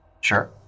Sure